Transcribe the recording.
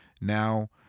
now